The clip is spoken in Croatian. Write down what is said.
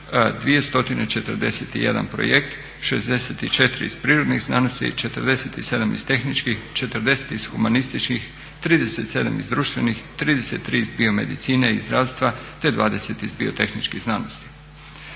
241 projekt, 64 iz prirodnih znanosti i 47 iz tehnički, 40 iz humanističkih, 37 iz društvenih, 33 iz biomedicine i zdravstva te 20 iz biotehničkih znanosti.